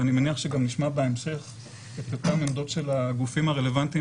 ואני מניח שגם נשמע בהמשך את אותן עמדות של הגופים הרלוונטיים